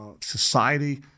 society